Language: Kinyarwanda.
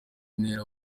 ntera